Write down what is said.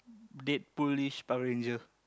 Deadpool-ish Power-Ranger